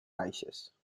baixes